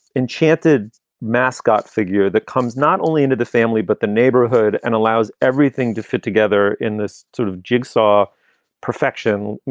enchanted mascot figure that comes not only into the family but the neighborhood and allows everything to fit together in this sort of jigsaw perfection you